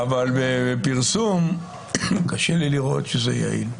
אבל בפרסום, קשה לי לראות שזה יעיל.